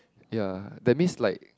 ya that means like